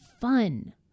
fun